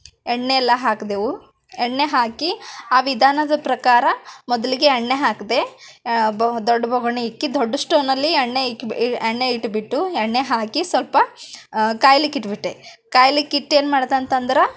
ಎಣ್ಣೆಯೆಲ್ಲ ಹಾಕಿದೆವು ಎಣ್ಣೆ ಹಾಕಿ ಆ ವಿಧಾನದ ಪ್ರಕಾರ ಮೊದಲಿಗೆ ಎಣ್ಣೆ ಹಾಕಿದೆ ಬೋ ದೊಡ್ಡ ಬೋಗಣಿ ಇಕ್ಕಿ ದೊಡ್ಡ ಸ್ಟೋವ್ನಲ್ಲಿ ಎಣ್ಣೆ ಇಕ್ಕಿ ಬೀ ಎಣ್ಣೆ ಇಟ್ಬಿಟ್ಟು ಎಣ್ಣೆ ಹಾಕಿ ಸ್ವಲ್ಪ ಕಾಯಲಿಕ್ಕೆ ಇಟ್ಬಿಟ್ಟೆ ಕಾಯಲಿಕ್ಕೆ ಇಟ್ಟು ಏನು ಮಾಡಿದ ಅಂತಂದ್ರೆ